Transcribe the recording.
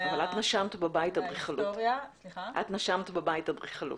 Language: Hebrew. אבל את נשמת בבית אדריכלות.